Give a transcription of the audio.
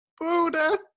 Buddha